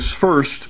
first